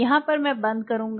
यहाँ पर मैं बंद कर दूंगा